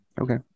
okay